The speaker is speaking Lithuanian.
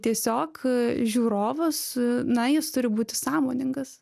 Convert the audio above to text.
tiesiog žiūrovas na jis turi būti sąmoningas